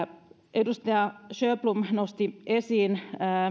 edustaja sjöblom nosti esiin